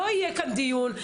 לא יהיה כאן דיון,